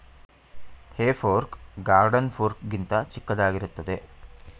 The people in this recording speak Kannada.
ಹೇ ಫೋರ್ಕ್ ಗಾರ್ಡನ್ ಫೋರ್ಕ್ ಗಿಂತ ಚಿಕ್ಕದಾಗಿರುತ್ತದೆ